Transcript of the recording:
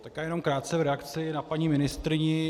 Tak já jenom krátce v reakci na paní ministryni.